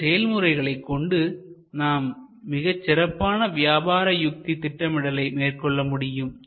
இந்த செயல்முறைகளை கொண்டு நாம் மிகச் சிறப்பான வியாபார யுக்தி திட்டமிடலை மேற்கொள்ள முடியும்